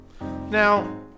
Now